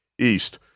East